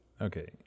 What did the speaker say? okay